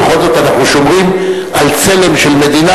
ובכל זאת אנחנו שומרים על צלם של מדינה